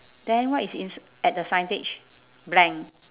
then what is ins~ at the signage blank